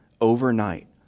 overnight